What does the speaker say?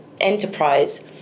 enterprise